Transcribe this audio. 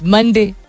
Monday